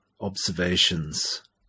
observations